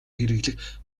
хэрэглэх